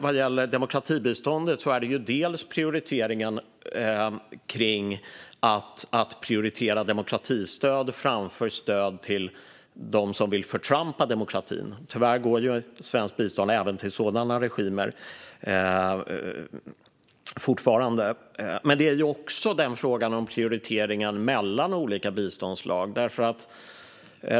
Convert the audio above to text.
Vad gäller demokratibiståndet handlar det bland annat om prioriteringen av demokratistöd framför stöd till dem som vill "förtrumpa" demokratin - tyvärr går svenskt bistånd fortfarande även till sådana regimer - men vi har också frågan om prioriteringen mellan olika biståndsslag.